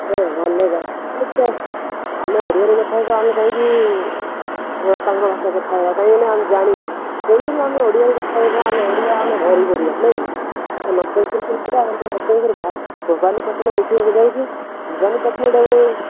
ହଁ ଅଲଗା ବଟ୍ ଆମେ ଓଡ଼ିଆରେ କଥା ହବା ଆମେ କାହିଁକି ତାଙ୍କ ଭାଷାରେ କଥା ହବା କାହିଁକିନା ଆମେ ଜାଣିନୁ ତେଣୁ କରି ଆମେ ଓଡ଼ିଆରେ କଥା ହବା ଆମେ ଓଡ଼ିଆ ଆମେ ଭାରି ବଢ଼ିଆ ନାହିଁ କି ଭବାନୀପାଟଣା ଦେଖିବାକୁ ଯାଉଛୁ ଭବାନୀପାଟଣାଟା ଗୋଟେ